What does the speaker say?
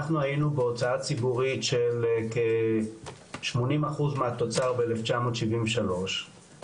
אנחנו היינו בהוצאה ציבורית של כ- 80% מהתוצר ב- 1973 והורדנו